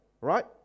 right